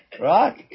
Right